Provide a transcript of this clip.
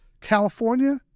California